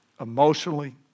emotionally